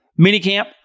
minicamp